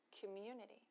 community